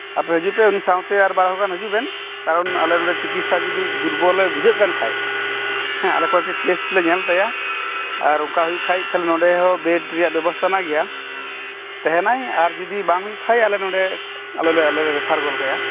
ᱟᱯᱮ ᱦᱤᱡᱩᱜ ᱯᱮ ᱩᱱᱤ ᱥᱟᱶᱛᱮ ᱟᱨ ᱵᱟᱨ ᱦᱚᱲ ᱜᱟᱱ ᱦᱤᱡᱩᱜ ᱵᱮᱱ ᱠᱟᱨᱚᱱ ᱟᱞᱮ ᱱᱚᱸᱰᱮ ᱪᱤᱠᱤᱥᱥᱟ ᱡᱩᱫᱤ ᱫᱩᱨᱵᱚᱞᱮ ᱵᱩᱡᱷᱟᱹᱜ ᱠᱟᱱ ᱠᱷᱟᱡ ᱦᱮᱸ ᱟᱞᱮ ᱠᱚᱭᱮᱠᱴᱤ ᱴᱮᱥᱴ ᱞᱮ ᱧᱮᱞ ᱛᱟᱭᱟ ᱟᱨ ᱚᱝᱠᱟ ᱦᱩᱭᱩᱜ ᱠᱷᱟᱡ ᱛᱟᱦᱞᱮ ᱱᱚᱸᱰᱮ ᱦᱚᱸ ᱵᱮᱰ ᱨᱮᱭᱟᱜ ᱵᱮᱵᱚᱥᱛᱟ ᱦᱮᱱᱟᱜ ᱜᱮᱭᱟ ᱛᱟᱦᱮᱸᱱᱟᱭ ᱟᱨ ᱡᱩᱫᱤ ᱵᱟᱝ ᱦᱩᱭᱩᱜ ᱠᱷᱟᱡ ᱟᱞᱮ ᱱᱚᱸᱰᱮ ᱟᱞᱮ ᱞᱮ ᱟᱞᱮ ᱞᱮ ᱨᱮᱯᱷᱟᱨ ᱜᱚᱫ ᱠᱟᱭᱟ